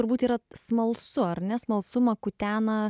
turbūt yra smalsu ar ne smalsumą kutena